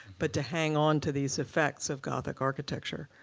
but to hang on to these effects of gothic architecture.